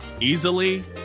easily